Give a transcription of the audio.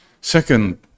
Second